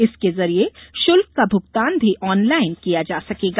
इसके जरिए शुल्क का भुगतान भी ऑनलाइन किया जा सकेगा